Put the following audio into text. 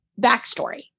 backstory